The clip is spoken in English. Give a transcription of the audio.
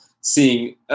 seeing